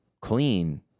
clean